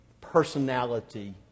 personality